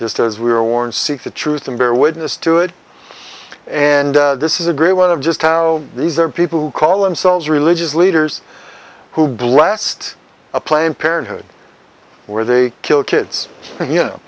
just as we were warned seek the truth and bear witness to it and this is a great one of just how these are people who call themselves religious leaders who blast a planned parenthood where they kill kids y